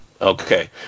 Okay